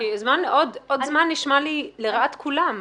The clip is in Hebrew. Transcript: מתן עוד זמן, נשמע לי לרעת כולם.